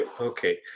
Okay